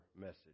message